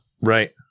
Right